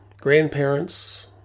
grandparents